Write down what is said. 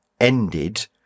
ended